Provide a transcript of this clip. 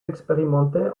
expérimenté